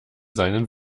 seinen